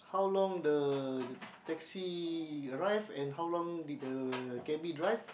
how long the taxi arrive and how long did the canby drive